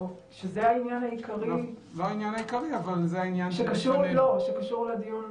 זה העניין העיקרי שקשור לדיון.